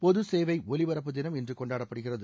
பொது சேவை ஒலிபரப்பு தினம் இன்று கொண்டாடப்படுகிறது